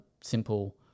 simple